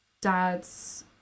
dad's